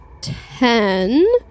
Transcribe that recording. ten